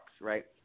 right